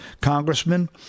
congressman